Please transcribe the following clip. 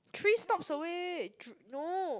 three stops away no